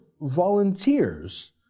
volunteers